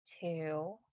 two